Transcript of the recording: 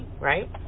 right